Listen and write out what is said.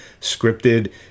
scripted